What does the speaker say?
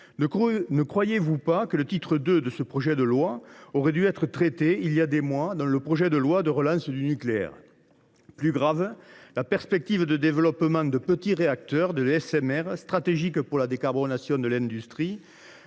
Ne croyez vous pas que le titre II de ce projet de loi aurait dû figurer, il y a des mois, dans la loi de relance du nucléaire ? Plus grave, la perspective du développement de petits réacteurs SMR, stratégique pour la décarbonation de l’industrie,